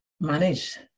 manage